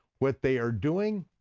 what they are doing,